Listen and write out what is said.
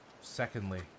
Secondly